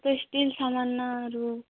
ତୋ ଷ୍ଟିଲ୍ ସାମାନ୍ ନା ଆରୁ